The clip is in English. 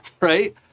Right